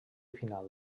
final